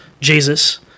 Jesus